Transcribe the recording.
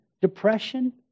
depression